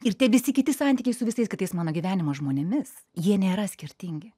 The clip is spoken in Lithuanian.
ir tie visi kiti santykiai su visais kitais mano gyvenimo žmonėmis jie nėra skirtingi